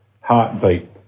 heartbeat